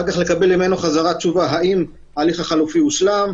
אחר כך לקבל ממנו חזרה תשובה האם ההליך החלופי הושלם.